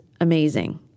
amazing